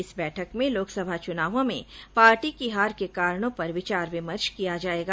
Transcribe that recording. इस बैठक में लोकसभा चुनावों में पार्टी की हार के कारणों पर विचार विमर्श किया जायेगा